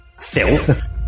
filth